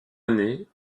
année